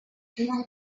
எனவேமுர